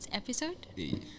episode